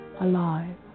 alive